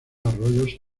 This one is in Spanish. arroyos